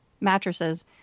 mattresses